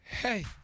Hey